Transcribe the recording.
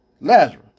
Lazarus